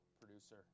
producer